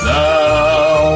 now